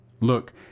Look